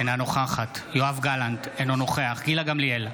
אינה נוכחת יואב גלנט, אינו נוכח גילה גמליאל,